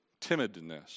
timidness